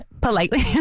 Politely